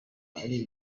ari